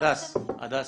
הדס, סליחה,